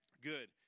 Good